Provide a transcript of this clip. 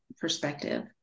perspective